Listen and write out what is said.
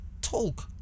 talk